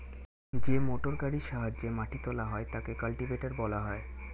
যে মোটরগাড়ির সাহায্যে মাটি তোলা হয় তাকে কাল্টিভেটর বলা হয়